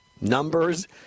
Numbers